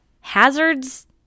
hazards